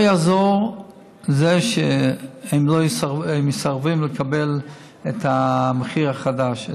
לא יעזור שהם מסרבים לקבל את המחיר החדש,